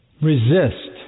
Resist